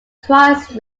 twice